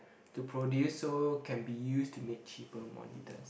to produce so can be used to make cheaper monitors